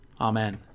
amen